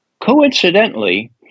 Coincidentally